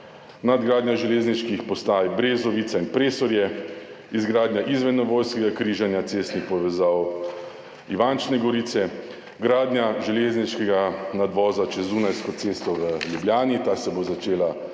nadgradnja železniških postaj Brezovica in Preserje, izgradnja izvennivojskega križanja cestnih povezav v Ivančni Gorici, gradnja železniškega nadvoza čez Dunajsko cesto v Ljubljani, ta se bo začela